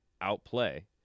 outplay